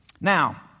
Now